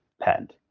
patent